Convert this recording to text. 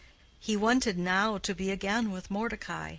he wanted now to be again with mordecai,